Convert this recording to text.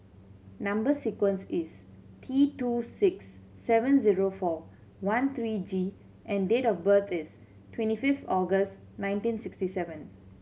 number sequence is T two six seven zero four one three G and date of birth is twenty fifth August nineteen sixty seven